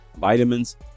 vitamins